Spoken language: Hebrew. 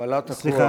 הפעלת הכוח,